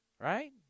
Right